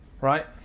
right